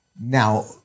Now